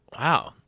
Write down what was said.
Wow